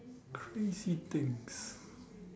crazy things